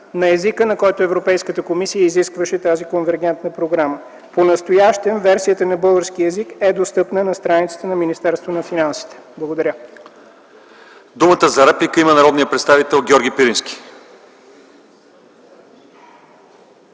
на езика, на който Европейската комисия изискваше тази Конвергентна програма. Понастоящем версията на български език е достъпна на страницата на Министерството на финансите. Благодаря.